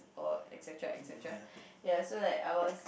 or etcetera etcetera ya so like I was